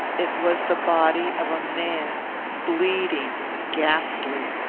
it was the body of a man, bleeding, ghastly,